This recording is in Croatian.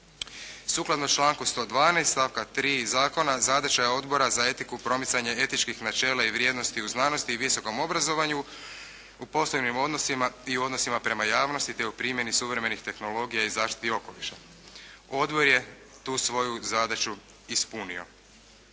Sukladno članku 112. stavka 3. zakona, zadaća je Odbora za etiku i promicanje etičkih načela i vrijednosti u znanosti i visokom obrazovanju u posebnim odnosima i u odnosima prema javnosti te u primjeni suvremenih tehnologija i zaštiti okoliša. Odbor je tu svoju zadaću ispunio.